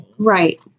Right